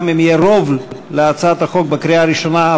גם אם יהיה רוב להצעת החוק בקריאה הראשונה,